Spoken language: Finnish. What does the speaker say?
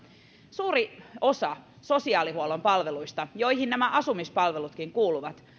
suuri osa sosiaalihuollon palveluista joihin nämä asumispalvelutkin kuuluvat